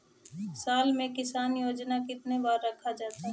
साल में किसान योजना कितनी बार रखा जाता है?